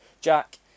Jack